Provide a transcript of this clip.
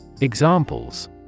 Examples